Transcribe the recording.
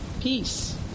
Peace